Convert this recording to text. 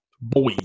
Boy